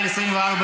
אדוני.